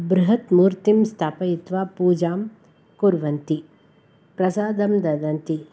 बृहत् मूर्तिं स्थापयित्वा पूजां कुर्वन्ति प्रसादं ददति